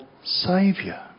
saviour